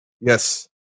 Yes